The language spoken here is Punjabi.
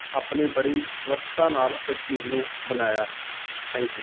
ਆਪਣੀ ਬੜੀ ਸਵੱਛਤਾ ਨਾਲ਼ ਇਸ ਚੀਜ਼ ਨੂੰ ਬਣਾਇਆ ਹੈ ਥੈਂਕ ਯੂ